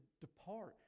depart